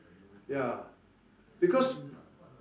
ya because